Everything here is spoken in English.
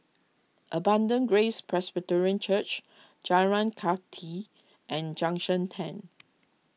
Abundant Grace Presbyterian Church Jalan Kathi and Junction ten